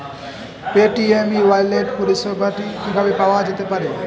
Paytm e wallet পরিষেবাটি কিভাবে পাওয়া যেতে পারে?